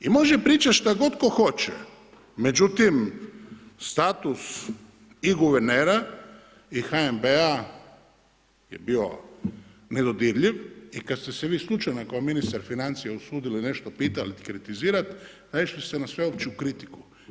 I može pričat šta god tko hoće, međutim status i guvernera i HNB-a je bio nedodirljiv i kad ste se vi slučajno kao ministar financija usudili nešto pitat, kritizirat, naišli ste na sveopću kritiku.